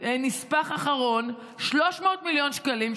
נספח אחרון 300 מיליון שקלים,